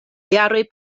jaroj